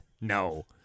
No